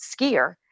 skier